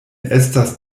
estas